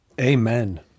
amen